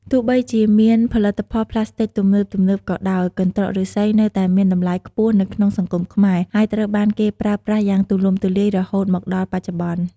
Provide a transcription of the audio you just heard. ទោះបីជាមានផលិតផលប្លាស្ទិកទំនើបៗក៏ដោយ កន្រ្តកឫស្សីនៅតែមានតម្លៃខ្ពស់នៅក្នុងសង្គមខ្មែរ ហើយត្រូវបានគេប្រើប្រាស់យ៉ាងទូលំទូលាយរហូតមកដល់បច្ចុប្បន្ន។